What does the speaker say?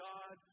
God